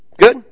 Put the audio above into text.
Good